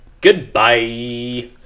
Goodbye